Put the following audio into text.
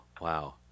Wow